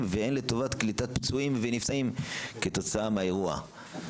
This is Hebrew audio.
והן לטובת קליטת פצועים ונפגעים כתוצאה מהאירוע.